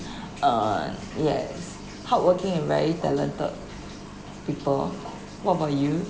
(uh)yes hardworking and very talented people what about you